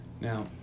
Now